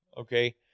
Okay